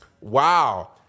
Wow